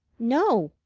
no,